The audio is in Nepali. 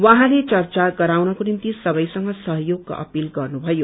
उहाँले चर्चा गराउनको निम्ति सबैसंग सहयोगको अपील गर्नुषयो